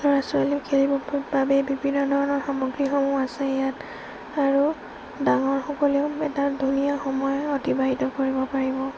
ল'ৰা ছোৱালীয়েও খেলিব বাবে বিভিন্ন ধৰণৰ সামগ্ৰীসমূহ আছে ইয়াত আৰু ডাঙৰসকলেও এটা ধুনীয়া সময় অতিবাহিত কৰিব পাৰিব